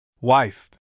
Wife